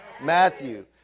Matthew